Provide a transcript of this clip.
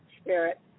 spirit